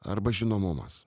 arba žinomumas